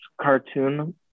cartoon